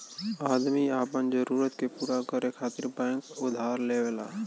आदमी आपन जरूरत के पूरा करे खातिर बैंक उधार लेवला